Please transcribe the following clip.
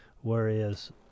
whereas